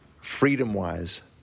freedom-wise